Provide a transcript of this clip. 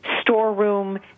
storeroom